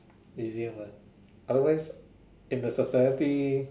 easier one otherwise in the society